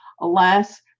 Alas